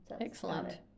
Excellent